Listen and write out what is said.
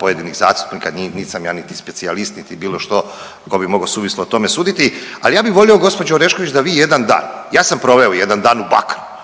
pojedinih zastupnika nisam ja niti specijalist niti bilo što ko bi mogo suvislo o tome suditi, ali ja bi volio gospođo Orešković da vi jedan dan, ja sam proveo jedan dan u Bakru,